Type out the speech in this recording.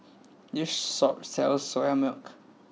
this saw sells Soya Milk